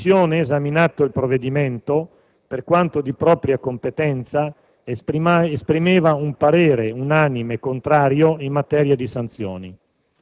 In Commissione giustizia abbiamo espressamente affrontato la questione, dovendo esprimere un parere istituzionale sul disegno di legge n. 1507.